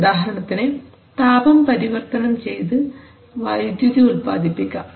ഉദാഹരണത്തിന് താപം പരിവർത്തനം ചെയ്തു വൈദ്യുതി ഉൽപാദിപ്പിക്കാം